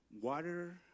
water